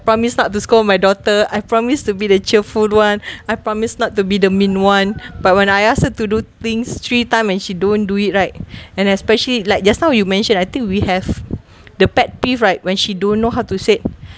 promise not to scold my daughter I promised to be the cheerful [one] I promised not to be the mean [one] but when I ask her to do things three time and she don't do it right and especially like just now you mentioned I think we have the pet peeve right when she don't know how to said